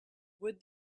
would